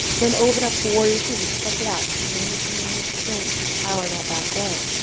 then open up to warrior two. just check it out maintaining strength, power in that back leg.